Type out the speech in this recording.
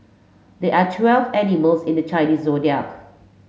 there are twelve animals in the Chinese Zodiac